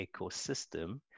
ecosystem